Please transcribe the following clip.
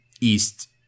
East